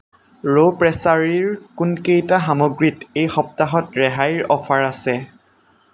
ৰ' প্ৰেচাৰীৰ কোনকেইটা সামগ্ৰীত এই সপ্তাহত ৰেহাইৰ অফাৰ আছে